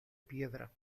piedra